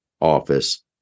office